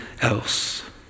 else